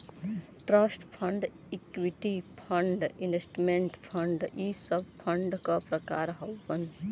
trust fund equity fund investment fund इ सब fund क प्रकार हउवन